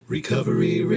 Recovery